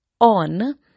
on